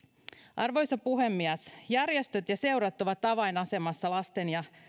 arvoisa puhemies järjestöt ja seurat ovat avainasemassa